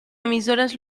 emissores